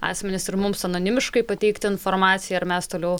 asmenys ir mums anonimiškai pateikti informaciją ir mes toliau